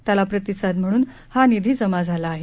त्याला प्रतिसाद म्हणून हा निधी जमा झाला आहे